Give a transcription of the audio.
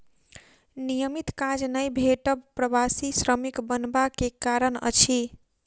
नियमित काज नै भेटब प्रवासी श्रमिक बनबा के कारण अछि